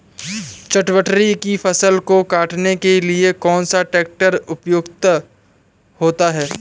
चटवटरी की फसल को काटने के लिए कौन सा ट्रैक्टर उपयुक्त होता है?